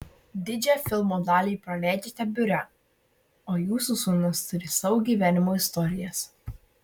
didžią filmo dalį praleidžiate biure o jūsų sūnūs turi savo gyvenimo istorijas